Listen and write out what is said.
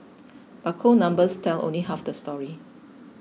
but cold numbers tell only half the story